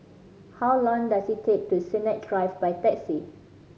how long does it take to Sennett Drive by taxi